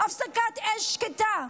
הפסקת אש שקטה.